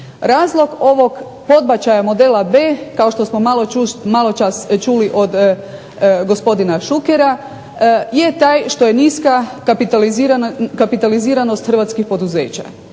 Razlog ovog podbačaja modela B kao što smo maločas čuli od gospodina Šukera je taj što je niska kaptaliziranost hrvatskih poduzeća.